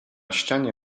ścianie